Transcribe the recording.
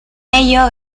ello